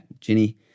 Ginny